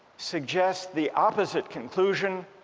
suggest the opposite conclusion